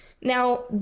Now